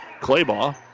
Claybaugh